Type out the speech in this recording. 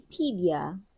Wikipedia